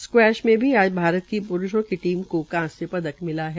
squash में भी आज भारत की प्रूषों की टीम को कांस्य पदक पदक मिला है